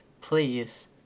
please